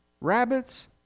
rabbits